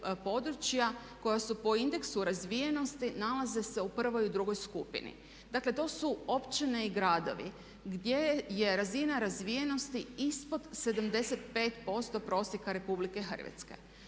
koja se po indeksu razvijenosti nalaze u prvoj i drugoj skupini. Dakle, to su općine i gradovi gdje je razina razvijenosti ispod 75% prosjeka Republike Hrvatske.